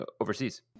overseas